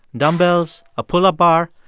dumbbells, a pull-up bar.